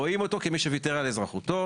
רואים אותו כמי שוויתר על אזרחותו